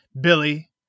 billy